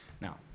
Now